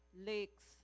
lakes